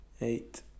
Eight